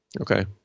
okay